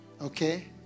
okay